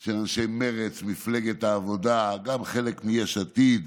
של אנשי מרצ ומפלגת העבודה, גם חלק מיש עתיד.